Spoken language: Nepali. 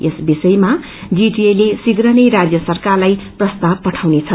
यस विषयमा जीटीए ले शीघ्र नै राजय सरकारलाई प्रस्ताव पठाउनेछ